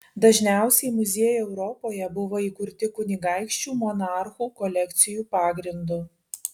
dažniausiai muziejai europoje buvo įkurti kunigaikščių monarchų kolekcijų pagrindu